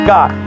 God